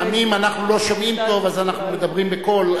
לפעמים אנחנו לא שומעים טוב אז אנחנו מדברים בקול.